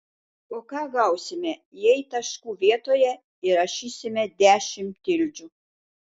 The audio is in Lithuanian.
o ką gausime jei taškų vietoje įrašysime dešimt tildžių